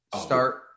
start